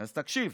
אז תקשיב,